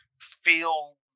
feel